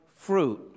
fruit